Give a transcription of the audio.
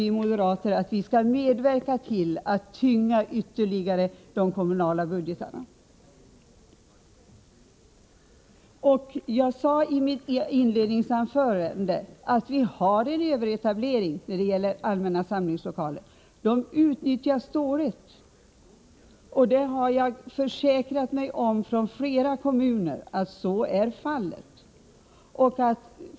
Vi moderater vill inte medverka till att ytterligare tynga de kommunala budgetarna. Jag sade i mitt inledningsanförande att vi har en överetablering när det gäller allmänna samlingslokaler. Lokalerna utnyttjas dåligt, vilket jag har kunnat konstatera efter att ha undersökt förhållandena i flera kommuner.